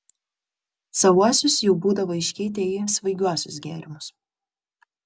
savuosius jau būdavo iškeitę į svaigiuosius gėrimus